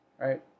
Right